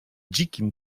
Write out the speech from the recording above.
dzikim